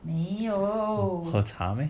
喝茶 meh